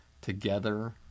Together